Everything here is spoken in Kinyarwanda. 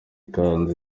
ikanzu